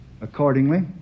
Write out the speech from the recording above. Accordingly